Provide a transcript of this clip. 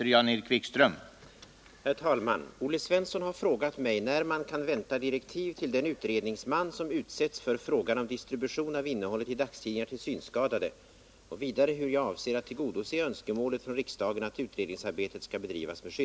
När kan man vänta direktiv till utredningsmannen och hur ämnar statsrådet tillgodose önskemålet från riksdagen att ”utredningsarbetet bedrivs med skyndsamhet”?